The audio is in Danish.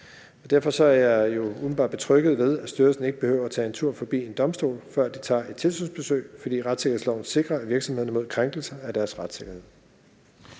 Derfor er jeg umiddelbart betrygget ved, at styrelsen ikke behøver at tage en tur forbi en domstol, før de tager på tilsynsbesøg, fordi retssikkerhedsloven sikrer virksomheder mod krænkelser af deres retssikkerhed.